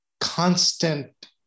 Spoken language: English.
constant